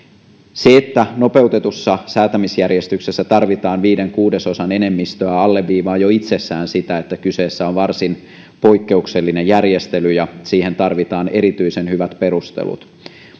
se että nopeutetussa säätämisjärjestyksessä tarvitaan viiden kuudesosan enemmistöä alleviivaa jo itsessään sitä että kyseessä on varsin poikkeuksellinen järjestely ja siihen tarvitaan erityisen hyvät perustelut